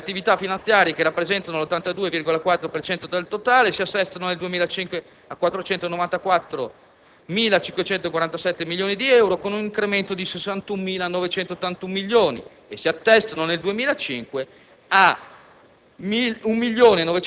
Nel dettaglio, le attività finanziarie, che rappresentano l'82,4 per cento del totale, si assestano nel 2005 a 494.547 milioni di euro, con un incremento di 61.981 milioni e si attestano nel 2005 a